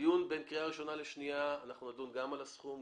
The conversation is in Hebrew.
שבדיון בין הקריאה הראשונה לשנייה נדון גם על הסכום,